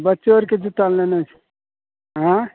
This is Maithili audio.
बच्चो आरके जुत्ता लेनाइ छै आएँ